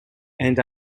and